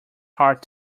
hard